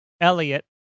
Elliot